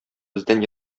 бездән